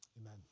Amen